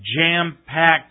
jam-packed